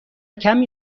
کمی